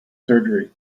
surgery